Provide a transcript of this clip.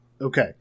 Okay